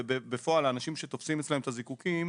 ובפועל האנשים שתופסים אצלם את הזיקוקין,